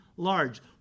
large